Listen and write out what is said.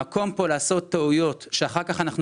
המקום פה לעשות טעויות שאחר כך אנחנו